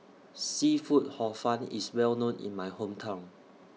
Seafood Hor Fun IS Well known in My Hometown